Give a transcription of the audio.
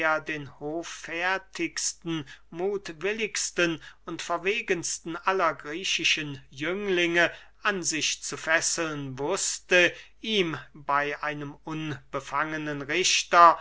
den hoffärtigsten muthwilligsten und verwegensten aller griechischen jünglinge an sich zu fesseln wußte ihm bey einem unbefangenen richter